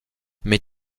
mais